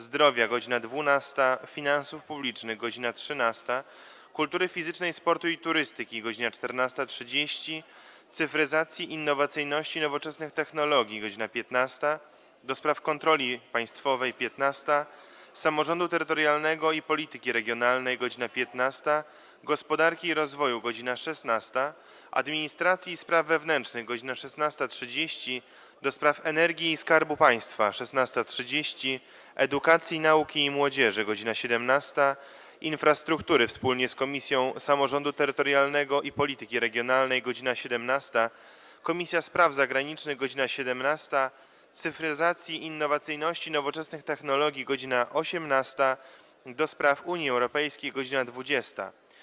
Zdrowia - godz. 12, - Finansów Publicznych - godz. 13, - Kultury Fizycznej, Sportu i Turystyki - godz. 14.30, - Cyfryzacji, Innowacyjności i Nowoczesnych Technologii - godz. 15, - do Spraw Kontroli Państwowej - godz. 15, - Samorządu Terytorialnego i Polityki Regionalnej - godz. 15, - Gospodarki i Rozwoju - godz. 16, - Administracji i Spraw Wewnętrznych - godz. 16.30, - do Spraw Energii i Skarbu Państwa - godz. 16.30, - Edukacji, Nauki i Młodzieży - godz. 17, - Infrastruktury wspólnie z Komisją Samorządu Terytorialnego i Polityki Regionalnej - godz. 17, - Spraw Zagranicznych - godz. 17, - Cyfryzacji, Innowacyjności i Nowoczesnych Technologii - godz. 18, - do Spraw Unii Europejskiej - godz. 20.